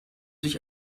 sich